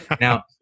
Now